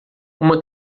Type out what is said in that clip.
uma